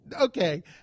Okay